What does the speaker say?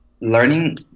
learning